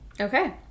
Okay